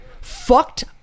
fucked